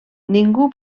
ningú